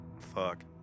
Fuck